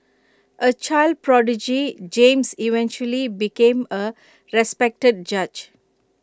A child prodigy James eventually became A respected judge